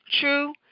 True